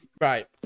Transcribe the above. Right